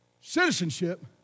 citizenship